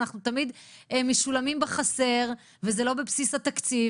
אנחנו תמיד משולמים בחסר וזה לא בבסיס התקציב.